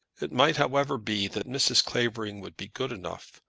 it might, however, be that mrs. clavering would be good enough,